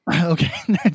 Okay